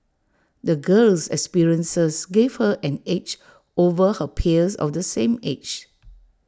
the girl's experiences gave her an edge over her peers of the same age